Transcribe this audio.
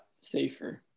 safer